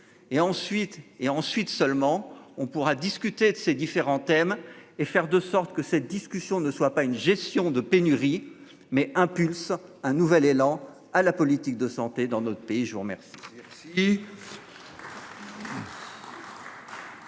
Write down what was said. et ensuite seulement on pourra discuter de ces différents thèmes et faire de sorte que ces discussions ne soit pas une gestion de pénurie mais impulser un nouvel élan à la politique de santé dans notre pays, je vous remercie.